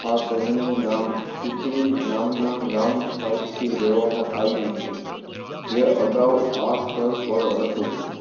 આ શહેરનું નામ સિકરી નામના ગામ પરથી લેવામાં આવ્યું છે જે અગાઉ આ સ્થળ પર હતું